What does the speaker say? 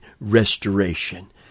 restoration